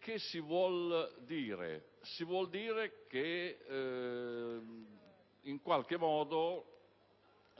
Cosa si vuol dire? Si vuol dire che